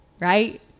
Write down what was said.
right